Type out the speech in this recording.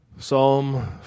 Psalm